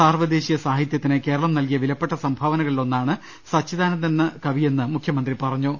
സാർവ്വ ദേശീയ സാഹിത്യത്തിന് കേരളം നൽകിയ വിലപ്പെട്ട സംഭാവനകളിലൊ ന്നാണ് സച്ചിദാനന്ദനെന്ന കവിയെന്ന് മുഖ്യമന്ത്രി പറഞ്ഞു